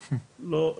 לא,